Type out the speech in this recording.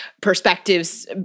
perspectives